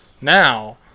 now